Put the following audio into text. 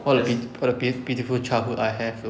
what a pit~ what a pit~ pitiful childhood I have though